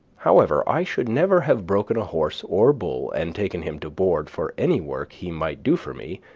however, i should never have broken a horse or bull and taken him to board for any work he might do for me,